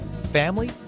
family